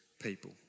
people